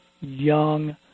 young